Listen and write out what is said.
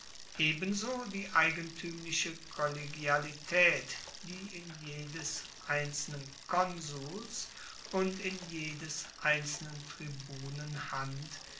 ebenso die eigentuemliche kollegialitaet die in jedes einzelnen konsuls und in jedes einzelnen tribunen hand